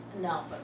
No